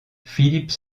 philippe